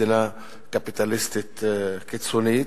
מדינה קפיטליסטית קיצונית,